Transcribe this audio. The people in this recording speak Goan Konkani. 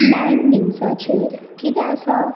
नाइन न्यूजाचेर किदें आसा